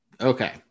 Okay